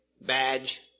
badge